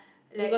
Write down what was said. like